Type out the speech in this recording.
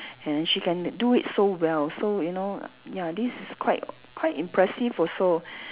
and then she can do it so well so you know ya this is quite quite impressive also